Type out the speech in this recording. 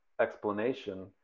explanation